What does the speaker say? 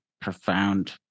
profound